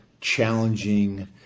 challenging